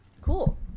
Cool